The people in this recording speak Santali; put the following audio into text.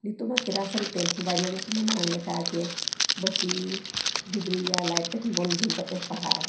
ᱱᱤᱛᱳᱜᱢᱟ ᱠᱮᱨᱟᱥᱮᱱ ᱛᱮᱞ ᱦᱚᱸ ᱵᱟᱭ ᱧᱟᱢᱚᱜ ᱠᱟᱱᱟ ᱢᱟᱲᱟᱝ ᱞᱮᱠᱟ ᱡᱮ ᱵᱟᱹᱛᱤ ᱰᱤᱵᱽᱨᱤ ᱤᱭᱟ ᱞᱟᱭᱤᱴ ᱵᱚᱱ ᱡᱩᱞ ᱠᱟᱛᱮᱢ ᱯᱟᱲᱦᱟᱜᱼᱟ